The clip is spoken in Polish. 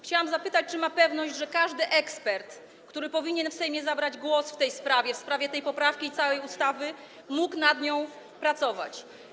Chciałam zapytać, czy ma pewność, że każdy ekspert, który powinien w Sejmie zabrać głos w tej sprawie, w sprawie tej poprawki i całej ustawy, mógł nad nią pracować.